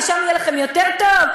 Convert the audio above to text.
ושם יהיה לכם יותר טוב?